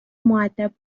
مودب